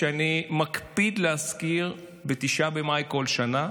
שאני מקפיד להזכיר ב-9 במאי כל שנה.